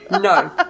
No